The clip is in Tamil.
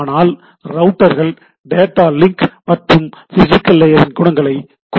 ஆனால் ரவுட்டர்கள் டேட்டா லிங்க் மற்றும் பிசிகல் லேயரின் குணங்களை கொண்டுள்ளன